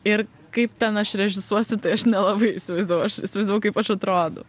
ir kaip ten aš režisuosiu tai aš nelabai įsivaizdavau aš įsivaizdavau kaip aš atrodau